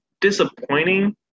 disappointing